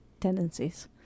tendencies